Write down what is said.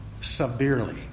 severely